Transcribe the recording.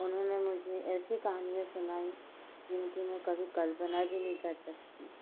उन्होंने मुझे ऐसी कहानियाँ सुनाई जिनकी मैं कभी कल्पना भी नहीं कर सकती